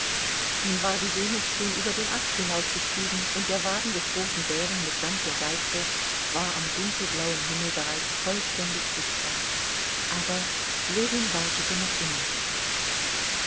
nun war die venus schon über den ast hinaufgestiegen und der wagen des großen bären mitsamt der deichsel war am dunkelblauen himmel bereits vollständig sichtbar aber ljewin wartete noch immer